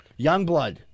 Youngblood